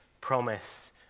promise